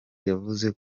yavuze